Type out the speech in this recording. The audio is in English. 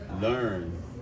learn